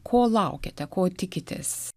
ko laukiate ko tikitės